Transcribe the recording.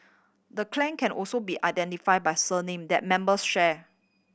the clan can also be identify by surname that members share